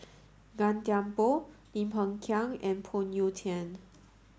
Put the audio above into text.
Gan Thiam Poh Lim Hng Kiang and Phoon Yew Tien